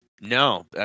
no